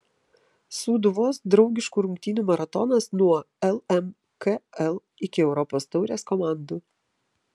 sūduvos draugiškų rungtynių maratonas nuo lmkl iki europos taurės komandų